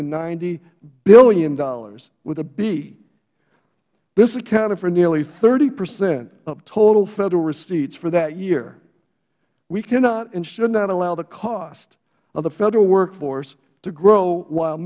and ninety dollars billion with a b this accounted for nearly thirty percent of total federal receipts for that year we cannot and should not allow the cost of the federal workforce to grow whil